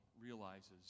realizes